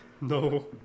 No